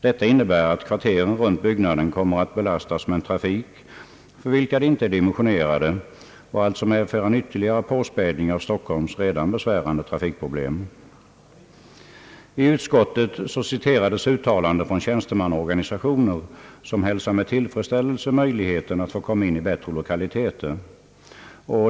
Detta innebär att kvarteren runt byggnaden kommer att belastas med en trafik för vilken de inte är dimensionerade, och det medför alltså en ytterligare påspädning av Stockholms redan besvärande trafikproblem. I utskottet citerades uttalanden från tjänstemannaorganisationer, som med tillfredsställelse hälsar möjligheten att komma in i bättre lokaliteter.